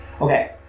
Okay